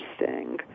interesting